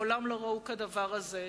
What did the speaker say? ומעולם לא ראו כדבר הזה,